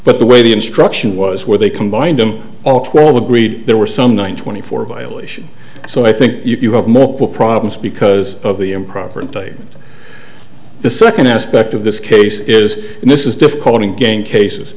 but the way the instruction was where they combined them all twelve agreed there were some one twenty four violation so i think you have multiple problems because of the improper and the second aspect of this case is and this is difficulty again cases